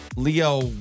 Leo